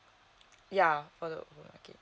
yeah for the okay